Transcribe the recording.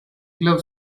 glove